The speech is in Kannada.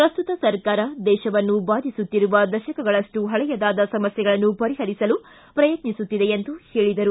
ಪ್ರಸ್ತುತ ಸರ್ಕಾರ ದೇಶವನ್ನು ಬಾಧಿಸುತ್ತಿರುವ ದಶಕಗಳಷ್ಟು ಹಳೆಯದಾದ ಸಮಸ್ಥೆಗಳನ್ನು ಪರಿಹರಿಸಲು ಪ್ರಯತ್ನಿಸುತ್ತಿದೆ ಎಂದು ಹೇಳಿದರು